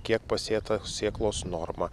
kiek pasėta sėklos norma